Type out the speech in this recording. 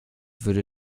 würde